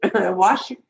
wash